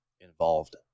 involved